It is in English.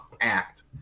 act